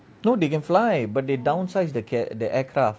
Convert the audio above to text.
no they can fly but they downsized the cat the aircraft